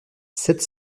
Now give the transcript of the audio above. sept